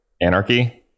anarchy